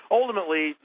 ultimately